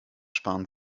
sparen